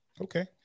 Okay